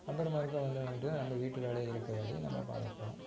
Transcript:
அப்புறம் மறுக்கா வந்து வந்துட்டு தான் நம்ம வீட்டு வேலையை இருக்கிற வேலையை நம்ம பார்க்கப் போகிறோம்